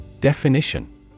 Definition